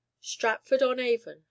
Stratford-on-Avon